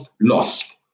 lost